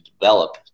develop